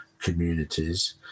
communities